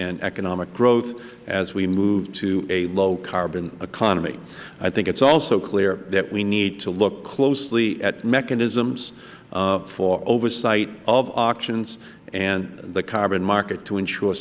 and economic growth as we move to a low carbon economy i think it is also clear that we need to look closely at mechanisms for oversight of auctions and the carbon market to ensure